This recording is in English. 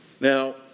Now